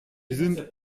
sind